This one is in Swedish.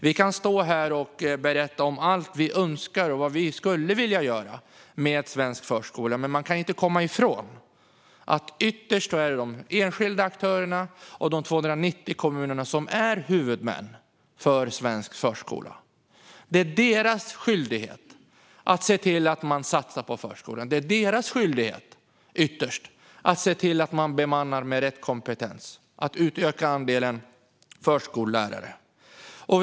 Vi kan stå här och berätta om allt vi önskar och skulle vilja göra med svensk förskola, men vi kan inte komma ifrån att det ytterst är de enskilda aktörerna och de 290 kommunerna som är huvudmän för svensk förskola. Det är deras skyldighet att se till att man satsar på förskolan. Det är ytterst deras skyldighet att se till att man bemannar med rätt kompetens och utökar andelen förskollärare.